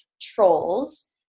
trolls